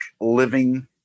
Living